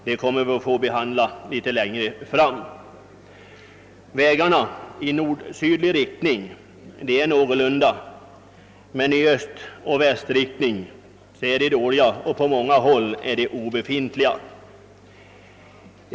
Dem kommer vi att få. behandla litet längre fram. Vägnätet i nord—sydlig riktning är tämligen tillfredsställande, men i öst— västlig riktning är vägarna dåliga, och på många håll saknas vägar i denna riktning.